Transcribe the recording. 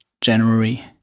January